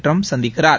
Trump சந்திக்கிறார்